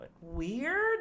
weird